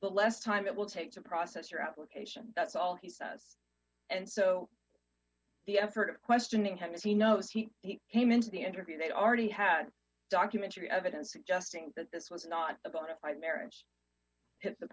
but less time it will take to process your application that's all he says and so the effort of questioning him if he knows he came into the interview they already had documentary evidence suggesting that this was not a bona fide marriage if the